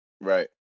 Right